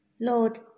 Lord